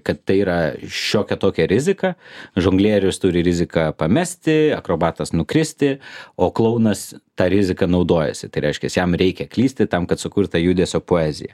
kad tai yra šiokia tokia rizika žonglierius turi riziką pamesti akrobatas nukristi o klounas ta rizika naudojasi tai reiškias jam reikia klysti tam kad sukurt tą judesio poeziją